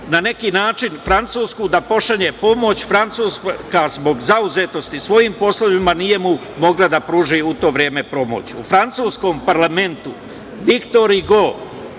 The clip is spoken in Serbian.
na neki način, Francusku da pošalje pomoć. Francuska zbog zauzetosti svojim poslovima nije mogla da pruži u to vreme pomoć.U francuskom parlamentu Viktor Igo